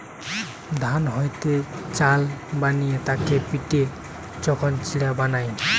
ধান হইতে চাল বানিয়ে তাকে পিটে যখন চিড়া বানায়